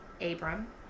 Abram